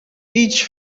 each